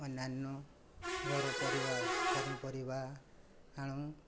ଅନ୍ୟାନ୍ୟ ପନିପରିବା ଆଣୁ